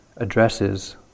addresses